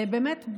באמת,